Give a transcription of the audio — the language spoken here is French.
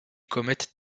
commettent